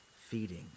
Feeding